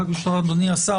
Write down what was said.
רק ברשותך, אדוני השר.